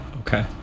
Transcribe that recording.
Okay